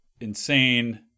insane